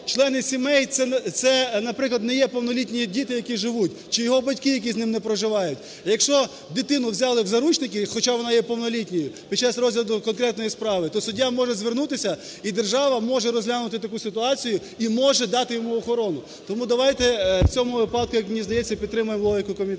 члени сімей це, наприклад, не є повнолітні діти, які живуть, чи його батьки, які з ним не проживають. Якщо дитину взяли в заручники, хоча вона є повнолітньою, під час розгляду конкретної справи, то суддя може звернутися і держава може розглянути таку ситуацію, і може дати йому охорону. Тому давайте в цьому випадку, як мені здається, підтримаємо логіку комітету.